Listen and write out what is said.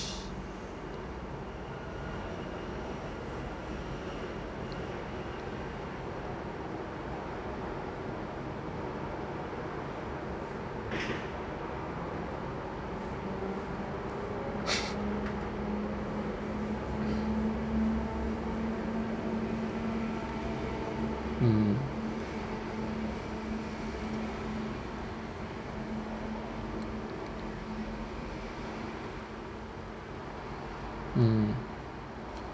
mm mm